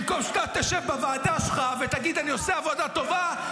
במקום שאתה תשב בוועדה שלך ותגיד: אני עושה עבודה טובה,